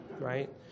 right